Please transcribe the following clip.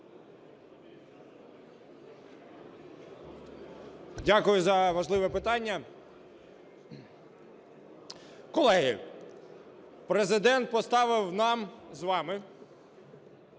Дякую за важливе питання. Колеги, Президент поставив нам з вами